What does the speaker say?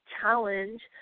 Challenge